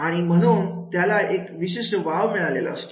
आणि म्हणून त्याला एक विशिष्ट वाव मिळालेला असतो